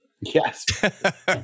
yes